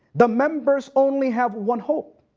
the members only have one hope.